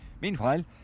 Meanwhile